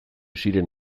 ziren